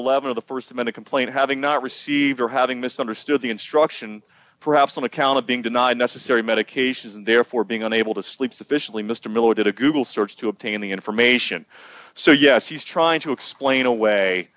eleven of the st minute complaint having not received or having misunderstood the instruction perhaps on account of being denied necessary medications and therefore being unable to sleep sufficiently mr miller did a google search to obtain the information so yes he's trying to explain away